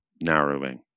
narrowing